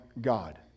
God